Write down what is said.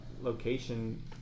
location